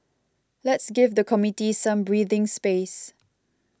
let's give the committee some breathing space